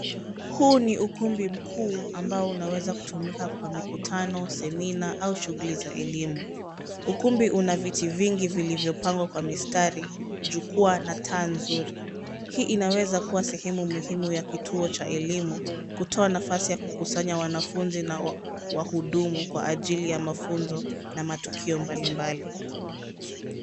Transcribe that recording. Huu ni ukumbi mkuu ambao unaweza kutumika kwa mikutano semina au shughuli za elimu. Ukumbi una viti vingi vilivyopangwa kwa mistari, jukwaa na taa nzuri. Hii inaweza kuwa sehemu muhimu ya kituo cha elimu kutoa nafasi ya kukusanya wanafunzi na wahudumu kwa ajili ya mafunzo na matukio mbalimbali.